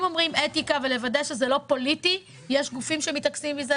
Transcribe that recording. אם אומרים שזה אתיקה ולוודא שזה לא פוליטי יש גופים שמתעסקים עם זה,